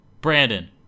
Brandon